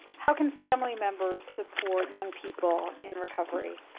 how can family members support young people in recovery?